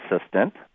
assistant